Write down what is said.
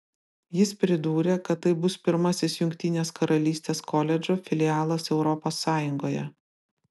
jis pridūrė kad tai bus pirmasis jungtinės karalystės koledžo filialas europos sąjungoje